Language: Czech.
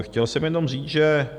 Chtěl jsem jenom říct, že...